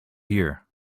here